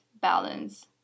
balance